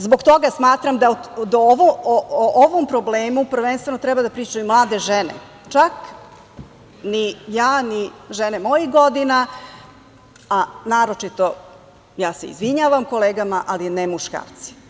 Zbog toga smatram da o ovom problemu prvenstveno treba da pričaju mlade žene, čak ni ja, ni žene mojih godina, a naročito, ja se izvinjavam kolegama, ali ne muškarci.